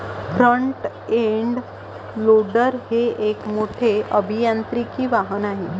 front end loader हे एक मोठे अभियांत्रिकी वाहन आहे